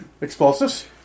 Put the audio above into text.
Explosives